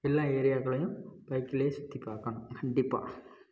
எல்லா ஏரியாக்களையும் பைக்லேயே சுற்றிப் பார்க்கணும் கண்டிப்பாக